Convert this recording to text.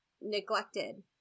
neglected